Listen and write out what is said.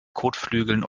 kotflügeln